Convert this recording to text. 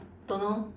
don't know